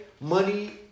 money